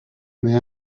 may